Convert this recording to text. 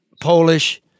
Polish